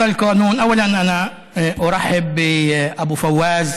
(אומר דברים בשפה הערבית,